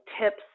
tips